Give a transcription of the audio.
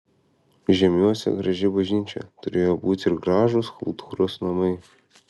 žeimiuose graži bažnyčia turėjo būti ir gražūs kultūros namai